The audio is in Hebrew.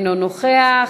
אינו נוכח,